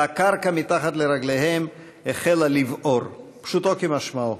והקרקע מתחת לרגליהם החלה לבעור, פשוטו כמשמעו.